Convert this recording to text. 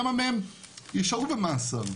כמה מהם יישארו במאסר?